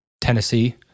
Tennessee